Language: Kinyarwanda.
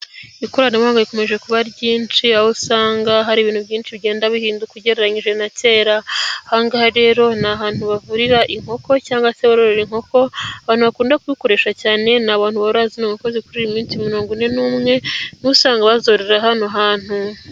Ikoranabuhanga rikomeje kuba ryinshi, aho usanga hari ibintu byinshi bigenda bihinduka ugereranyije na kera. Ahangaha rero ni ahantu bavurira inkoko cyangwa se bororera inkoko, abantu bakunda kuhakoresha cyane ni abantu borora zino nkoko zikurira minsi mirongo ine n'umwe ni bo usanga bazororera hano hantu.